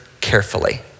carefully